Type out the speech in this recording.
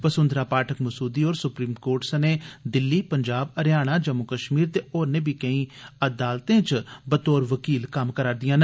वसुंघरा पाठक मसूदी होर Supreme Court सने दिल्ली पंजाब हरियाणा जम्मू कश्मीर ते होरने बी केई अदालतें च बतौर वकील कम्म करा'रदिआं न